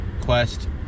quest